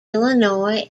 illinois